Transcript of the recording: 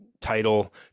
title